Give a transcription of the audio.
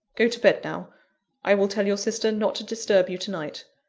go to bed now i will tell your sister not to disturb you to-night.